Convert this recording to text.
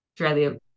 Australia